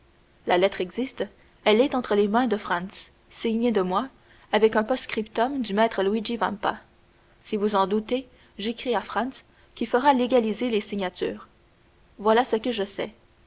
la lettre existe elle est entre les mains de franz signée de moi avec un post-scriptum de maître luigi vampa si vous en doutez j'écris à franz qui fera légaliser les signatures voilà ce que je sais